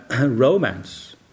romance